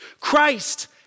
Christ